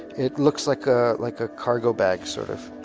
it looks like a, like a cargo bag sort of.